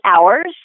hours